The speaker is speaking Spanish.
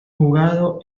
jugado